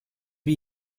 wie